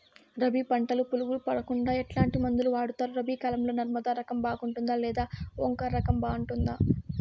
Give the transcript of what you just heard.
రబి పంటల పులుగులు పడకుండా ఎట్లాంటి మందులు వాడుతారు? రబీ కాలం లో నర్మదా రకం బాగుంటుందా లేదా ఓంకార్ రకం బాగుంటుందా?